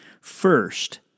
First